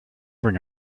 bring